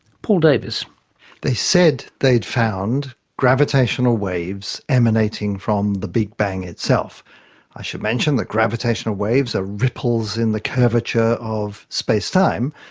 paul davies they said they'd found gravitational waves emanating from the big bang itself i should mention that gravitational waves are ripples in the curvature of space-time,